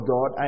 God